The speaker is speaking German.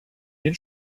den